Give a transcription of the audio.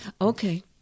Okay